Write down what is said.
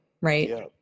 Right